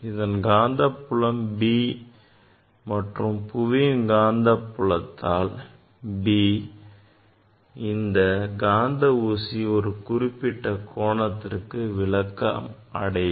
இதன் காந்தபுலம் B மற்றும் புவியின் காந்தப் புலத்தால் BH இந்த காந்த ஊசி ஒரு குறிப்பிட்ட கோணத்திற்கு விலக்கு அடையும்